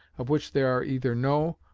of which there are either no,